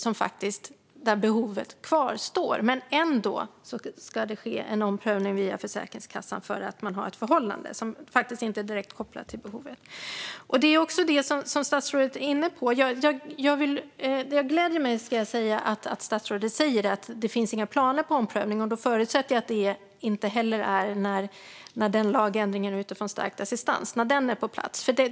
Deras behov kvarstår, men ändå ska det ske en omprövning via Försäkringskassan för att de har förhållanden som inte är direkt kopplade till behovet. Det är också det som statsrådet är inne på. Det gläder mig, ska jag säga, att statsrådet säger att det inte finns några planer på omprövning. Jag förutsätter att det gäller även när lagändringen utifrån stärkt assistans är på plats.